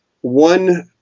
one